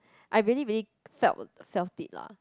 I really really felt felt it lah